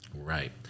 right